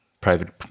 private